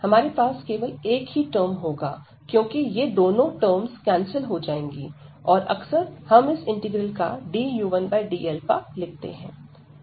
हमारे पास केवल एक ही टर्म होगा क्योंकि ये दोनों टर्म्स कैंसिल हो जाएंगी और अक्सर हम इस इंटीग्रल को du1dα लिखते हैं